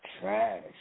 Trash